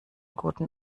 guten